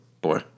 boy